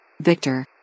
Victor